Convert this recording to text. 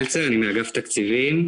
מאגף תקציבים,